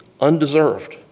undeserved